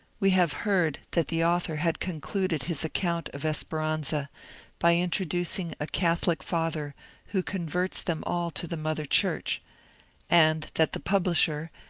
we have heard that the author had concluded his account of esperanza by introdu cing a catholic father who converts them all to the mother church and that the publisher,